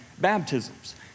baptisms